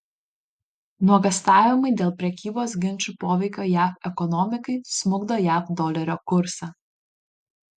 nuogąstavimai dėl prekybos ginčų poveikio jav ekonomikai smukdo jav dolerio kursą